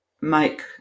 make